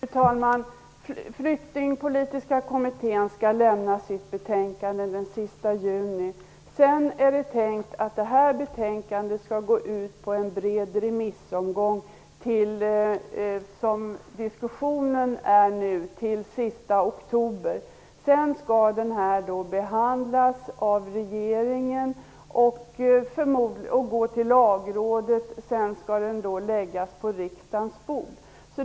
Fru talman! Flyktingpolitiska kommittén skall lämna sitt betänkande den sista juni. Sedan är det tänkt att detta betänkande skall vara ute på en bred remissomgång till, som diskussionen nu antyder, den sista oktober. Därefter skall ärendet behandlas av regeringen, gå till lagrådet och sedan läggas på riksdagens bord.